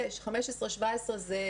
ו-15 17 זה